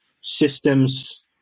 systems